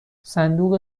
صندوق